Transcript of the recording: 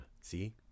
See